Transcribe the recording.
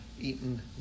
eaten